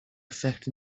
effect